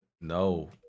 No